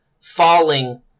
falling